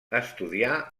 estudià